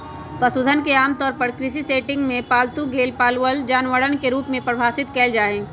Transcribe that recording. पशुधन के आमतौर पर कृषि सेटिंग में पालल गेल पालतू जानवरवन के रूप में परिभाषित कइल जाहई